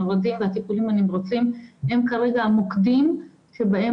המלר"דים והטיפולים הנמרצים הם כרגע המוקדים שבהם